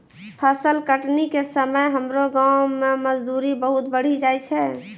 फसल कटनी के समय हमरो गांव मॅ मजदूरी बहुत बढ़ी जाय छै